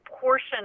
portion